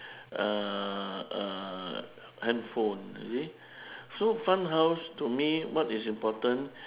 uh uh handphone you see so fun house to me what is important